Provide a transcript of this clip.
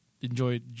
Enjoy